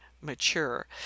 mature